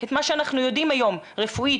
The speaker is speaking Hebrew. את מה שאנחנו יודעים היום רפואית,